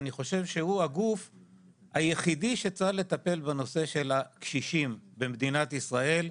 אני חושב שהוא הגוף היחידי שצריך לטפל בנושא של הקשישים במדינת ישראל,